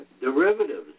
derivatives